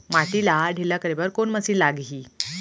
माटी ला ढिल्ला करे बर कोन मशीन लागही?